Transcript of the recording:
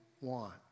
want